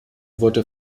wurde